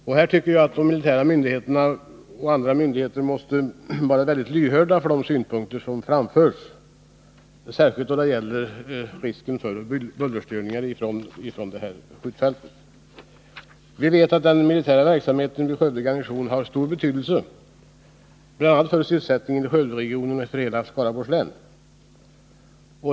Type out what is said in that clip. Jag tycker att de militära myndigheterna, och även andra myndigheter, måste vara lyhörda för de synpunkter som framförs, särskilt vad gäller risken för bullerstörningar från skjutfältet. Vi vet att den militära verksamheten vid Skövde garnison har stor betydelse för sysselsättningen både i Skövderegionen och i hela Skaraborgs län.